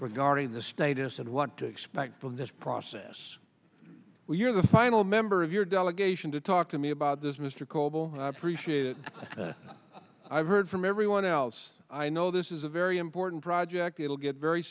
guarding the status and what to expect from this process when you're the final member of your delegation to talk to me about this mr coble i appreciate i've heard from everyone else i know this is a very important project that will get very